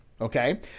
okay